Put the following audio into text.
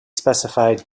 specified